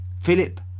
Philip